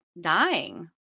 dying